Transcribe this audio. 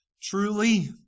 truly